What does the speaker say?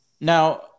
Now